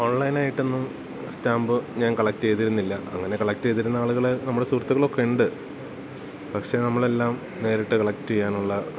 ഓൺലൈനായിട്ടൊന്നും stamp ഞാൻ കളക്റ്റെയ്തിരുന്നില്ല അങ്ങനെ കളക്റ്റെയ്തിരുന്ന ആളുകള് നമ്മുടെ സുഹൃത്തുക്കളൊക്കെയുണ്ട് പക്ഷെ നമ്മളെല്ലാം നേരിട്ട് കളക്റ്റെയ്യാനുള്ള